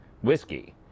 whiskey